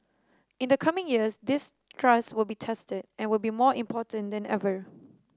in the coming years this trust will be tested and will be more important than ever